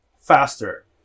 faster